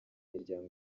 miryango